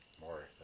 more